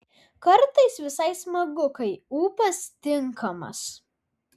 kartais visai smagu kai ūpas tinkamas